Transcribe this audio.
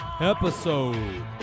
Episode